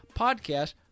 podcast